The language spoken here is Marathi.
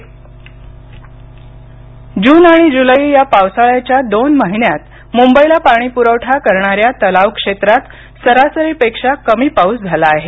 मुंबई पाणी कपात जून आणि जुलै या पावसाळ्याच्या दोन महिन्यात मुंबईला पाणीपुरवठा करणा या तलाव क्षेत्रात सरासरीपेक्षा कमी पाऊस झाला आहे